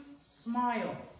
smile